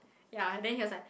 ya then he was like